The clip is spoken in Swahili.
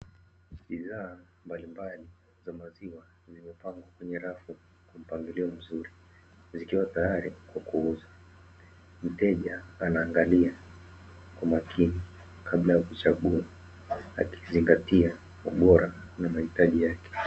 Bidhaa mbalimbali za maziwa ziliopangwa kwenye rafu kwa mpangilio mzuri zikiwa tayari kwa kuuzwa, mteja anaangalia kwa umakini kabla ya kuchagua akizingatia ubora na mahitaji yake.